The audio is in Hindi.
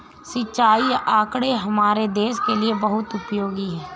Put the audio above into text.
सिंचाई आंकड़े हमारे देश के लिए बहुत उपयोगी है